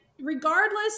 regardless